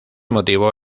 motivo